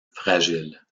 fragile